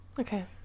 okay